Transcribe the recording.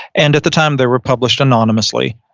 and at the time they were published anonymously,